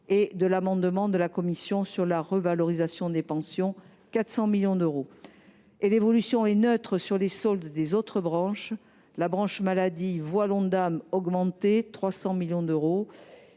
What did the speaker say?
de l’amendement de la commission sur la revalorisation des pensions – 400 millions d’euros. L’évolution est neutre sur les soldes des autres branches : la branche maladie voit l’Ondam augmenter de 300 millions d’euros,